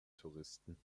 touristen